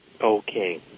Okay